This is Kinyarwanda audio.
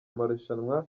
marushanwa